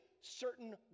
certain